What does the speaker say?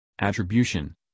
Attribution